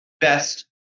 best